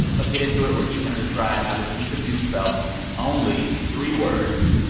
let's get into it. we're each going to describe how this week of news felt in only three words.